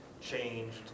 changed